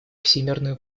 всемерную